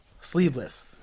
Sleeveless